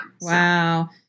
Wow